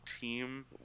team